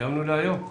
תודה רבה.